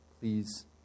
Please